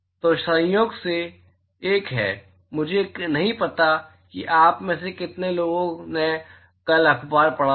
तो संयोग से एक है मुझे नहीं पता कि आप में से कितने लोगों ने कल अखबार पढ़ा था